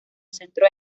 centro